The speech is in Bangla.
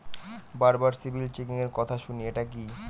বারবার সিবিল চেকিংএর কথা শুনি এটা কি?